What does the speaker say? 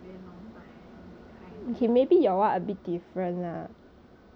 like very uncomfortable if you wear it for like very long time that kind